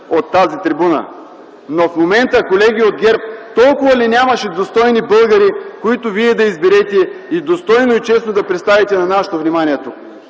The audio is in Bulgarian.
от тази трибуна. Но в момента, колеги от ГЕРБ, толкова ли нямаше достойни българи, които вие да изберете и достойно и честно да представите на нашето внимание